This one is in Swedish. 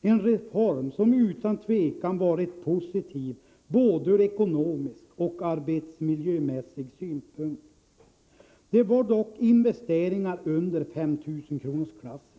En reform som utan tvekan varit positiv både ur ekonomisk och arbetsmiljömässig synpunkt. Det var dock investeringar under 5 000-kronors-klassen.